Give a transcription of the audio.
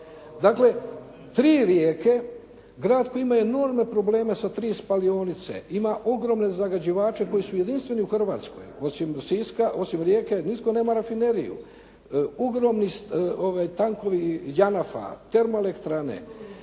Dakle, tri rijeke. Grad koji ima enormne probleme sa tri spalionice. Ima ogromne zagađivače koji su jedinstveni u Hrvatskoj osim Siska, osim Rijeke nitko nema rafineriju. Ogromni tankovi JANAF-a, termoelektrane,